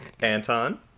Anton